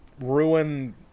ruin